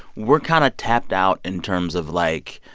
we're kind of tapped out in terms of, like,